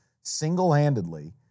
single-handedly